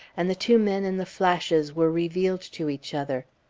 and the two men in the flashes were revealed to each other.